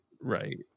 Right